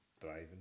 driving